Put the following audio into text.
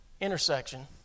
intersection